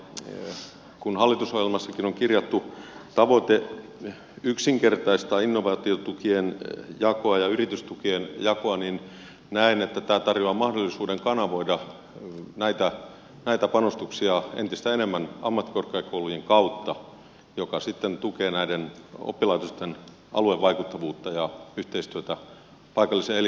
ja kun hallitusohjelmassakin on kirjattu tavoite yksinkertaistaa innovaatiotukien jakoa ja yritystukien jakoa niin näen että tämä tarjoaa mahdollisuuden kanavoida näitä panostuksia entistä enemmän ammattikorkeakoulujen kautta mikä sitten tukee näiden oppilaitosten aluevaikuttavuutta ja yhteistyötä paikallisen elinkeinoelämän kanssa